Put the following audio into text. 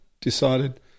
decided